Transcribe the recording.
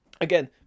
again